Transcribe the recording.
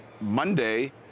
Monday